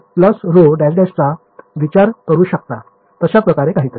चा विचार करू शकता तशा प्रकारे काहीतरी